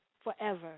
forever